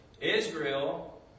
Israel